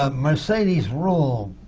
ah mercedes ruehl